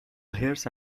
حرص